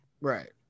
Right